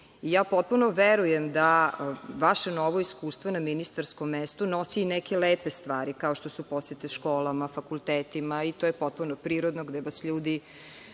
itd. Ja potpuno verujem da vaše novo iskustvo na ministarskom mestu nosi i neke lepe stvari, kao što su posete školama, fakultetima, i to je potpuno prirodno, gde vas ljudi